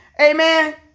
Amen